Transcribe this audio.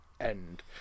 end